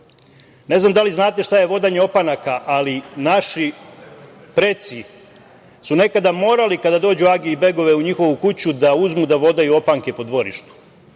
znam da li znate šta je vodanje opanaka, ali naši preci su nekada morali, kada dođu age i begovi u njihovu kuću, da uzmu i vodaju opanke po dvorištu.